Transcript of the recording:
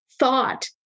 Thought